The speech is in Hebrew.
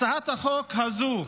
הצעת החוק הזו,